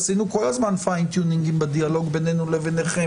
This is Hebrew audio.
עשינו כל הזמן fine tuning בינינו לביניכם.